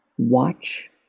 watch